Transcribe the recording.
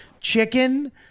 Chicken